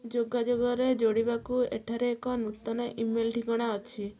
ଯୋଗାଯୋଗରେ ଯୋଡ଼ିବାକୁ ଏଠାରେ ଏକ ନୂତନ ଇମେଲ୍ ଠିକଣା ଅଛି